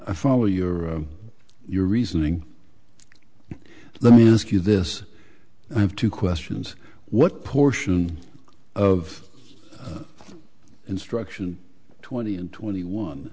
i follow you or your reasoning let me ask you this i have two questions what portion of instruction twenty and twenty one